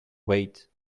wait